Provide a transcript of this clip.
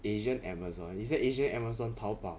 asian amazon isn't asia amazon taobao